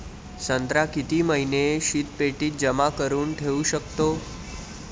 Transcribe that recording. संत्रा किती महिने शीतपेटीत जमा करुन ठेऊ शकतो?